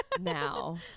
now